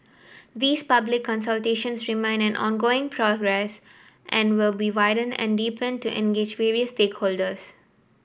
these public consultations remain an ongoing progress and will be widened and deepened to engage various stakeholders